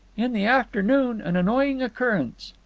in the afternoon an annoying occurrence.